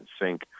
sync